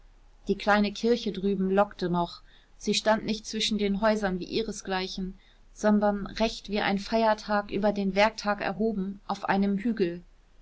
die kleine kirche drüben lockte noch sie stand nicht zwischen den häusern wie ihresgleichen sondern recht wie ein feiertag über den werktag erhoben auf einem hügel